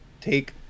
take